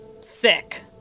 Sick